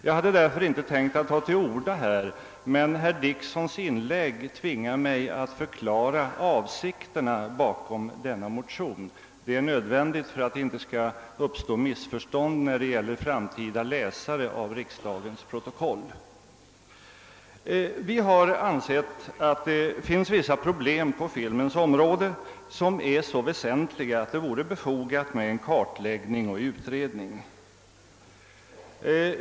Jag hade därför inte tänkt att ta till orda här, men herr Dicksons inlägg tvingar mig att förklara avsikterna bakom denna motion. Det är nödvändigt för att det inte skall uppstå missförstånd hos framtida läsare av riksdagens protokoll. Vi har ansett att det finns vissa problem på filmens område som är så väsentliga, att det vore befogat med en kartläggning och utredning.